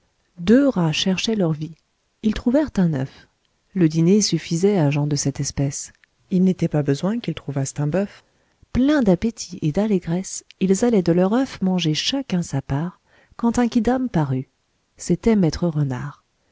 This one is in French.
deux rats cherchaient leur vie ils trouvèrent un œuf le dîner suffisait à gens de cette espèce il n'était pas besoin qu'ils trouvassent un bœuf pleins d'appétit et d'allégresse ils allaient de leur œuf manger chacun sa part quand un quidam parut c'était maître renard